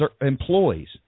employees